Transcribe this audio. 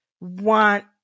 want